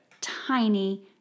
tiny